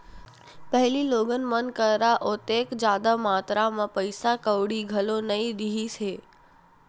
पहिली लोगन मन करा ओतेक जादा मातरा म पइसा कउड़ी घलो नइ रिहिस हे